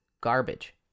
garbage